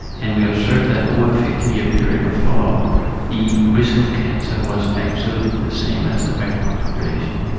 and we observed that over a fifty year period of follow-up the risk of cancer was absolutely the same as the background population.